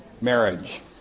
Marriage